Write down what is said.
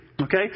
Okay